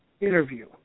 interview